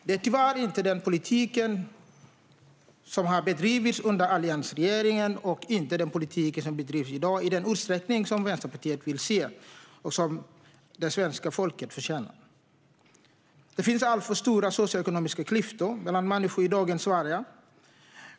Det är tyvärr inte den politik som har bedrivits under alliansregeringen, och det är inte den politik som bedrivs i dag i den utsträckning som Vänsterpartiet vill se och som det svenska folket förtjänar. Det finns alltför stora socioekonomiska klyftor mellan människor i dagens Sverige.